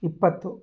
ಇಪ್ಪತ್ತು